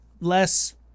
less